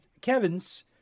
Kevins